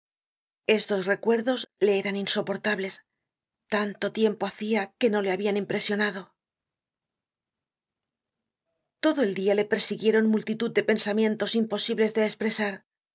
estos recuerdos le eran insoportables tanto tiempo hacia que no le habian impresionado content from google book search generated at todo el dia le persiguieron multitud de pensamientos imposibles de espresar